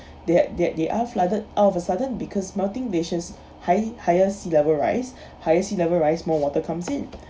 they're they're they are flooded all of a sudden because melting glaciers higher highest sea level rise highest sea level rise more water comes in